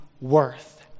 worth